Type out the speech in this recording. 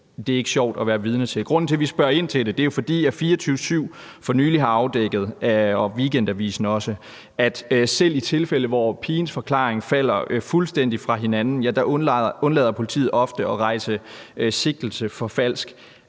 det er dokumenterbart en falsk anklage. Grunden til, at vi spørger ind til det, er jo, at 24syv og også Weekendavisen for nylig har afdækket, at selv i tilfælde, hvor pigens forklaring falder fuldstændig fra hinanden, undlader politiet ofte at rejse sigtelse for falsk